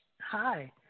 hi